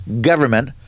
government